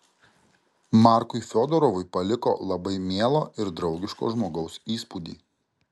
markui fiodorovui paliko labai mielo ir draugiško žmogaus įspūdį